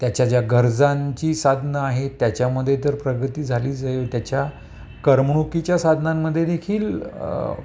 त्याच्या ज्या गरजांची साधनं आहेत त्याच्यामध्ये तर प्रगती झालीच आहे त्याच्या करमणुकीच्या साधनांमध्ये देखील